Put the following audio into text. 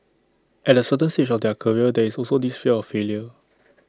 at A certain stage of their career there is also this fear of failure